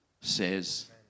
says